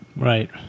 Right